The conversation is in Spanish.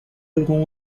algún